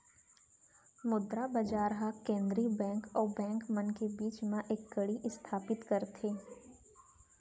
मुद्रा बजार ह केंद्रीय बेंक अउ बेंक मन के बीच म एक कड़ी इस्थापित करथे